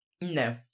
No